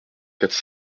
quatre